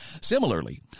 Similarly